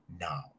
now